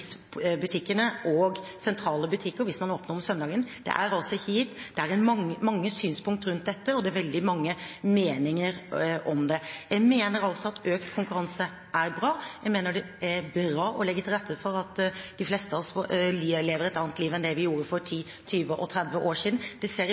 og sentrale butikker hvis man holder åpent om søndagene, det er altså ikke gitt. Det er mange synspunkter rundt dette, og det er veldig mange meninger om det. Jeg mener at økt konkurranse er bra. Jeg mener det er bra å legge til rette for at de fleste av oss lever et annet liv enn det vi gjorde for 10, 20 og 30 år siden; det ser